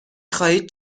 خواهید